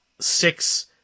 six